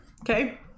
okay